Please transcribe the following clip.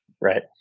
Right